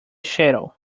shadow